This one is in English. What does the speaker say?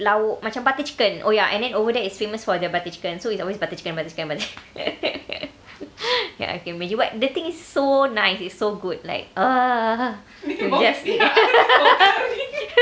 lauk macam butter chicken oh ya and then over there is famous for the butter chicken so it's always butter chicken butter chicken butter chic~ ya I can imagine but the thing is so nice it's so good like ugh you just eat